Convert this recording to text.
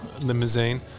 limousine